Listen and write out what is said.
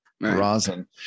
rosin